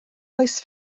oes